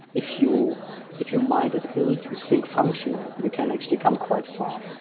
if you if you might as build to sync functional, you can actually come quite far. um